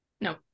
No